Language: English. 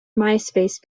myspace